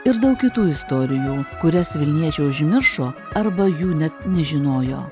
ir daug kitų istorijų kurias vilniečiai užmiršo arba jų net nežinojo